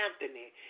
Anthony